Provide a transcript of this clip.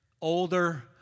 older